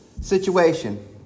situation